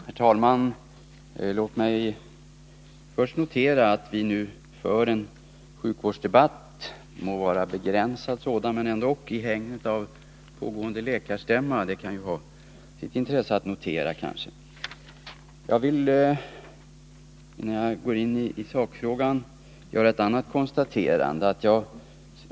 Herr talman! Låt mig först notera att vi nu för en sjukvårdsdebatt, må vara en begränsad sådan, i hägnet av pågående läkarstämma. Det kan kanske ha sitt intresse. Innan jag går in i sakfrågan vill jag göra ett annat konstaterande.